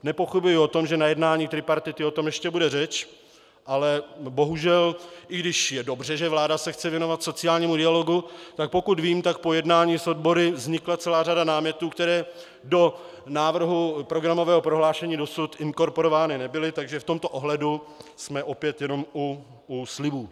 Nepochybuji o tom, že na jednání tripartity o tom ještě bude řeč, ale bohužel i když je dobře, že vláda se chce věnovat sociálnímu dialogu, tak pokud vím, tak po jednání s odbory vznikla celá řada námětů, které do návrhu programového prohlášení dosud inkorporovány nebyly, takže v tomto ohledu jsme opět jenom u slibů.